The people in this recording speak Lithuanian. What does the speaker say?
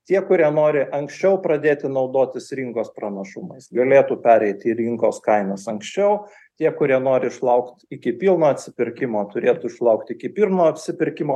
tie kurie nori anksčiau pradėti naudotis rinkos pranašumais galėtų pereiti į rinkos kainas anksčiau tie kurie nori išlaukt iki pilno atsipirkimo turėtų išlaukt iki pirmo apsipirkimo